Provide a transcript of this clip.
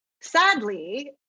Sadly